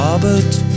Robert